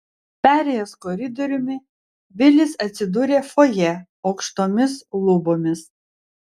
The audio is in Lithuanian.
perėjęs koridoriumi vilis atsidūrė fojė aukštomis lubomis